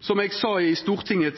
Som eg sa i debatten i Stortinget